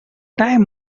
time